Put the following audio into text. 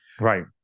Right